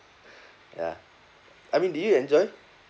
ya I mean did you enjoy